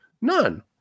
None